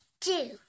two